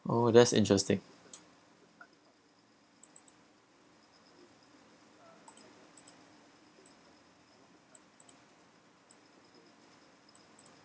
oh that's interesting